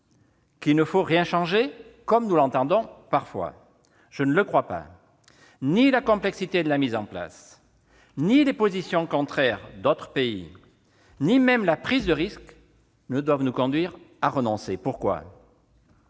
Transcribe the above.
qu'il ne faut rien changer, comme nous l'entendons parfois ? Je ne le crois pas. Ni la complexité de la mise en place, ni les positions contraires d'autres pays, ni même la prise de risque ne doivent nous conduire à renoncer !